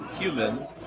human